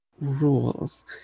rules